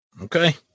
Okay